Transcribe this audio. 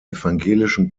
evangelischen